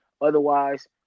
otherwise